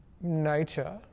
nature